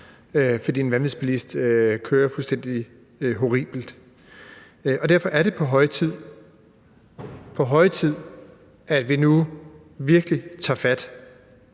fordi en vanvidsbilist kørte fuldstændig horribelt. Derfor er det på høje tid – på høje tid! – at vi nu virkelig tager fat.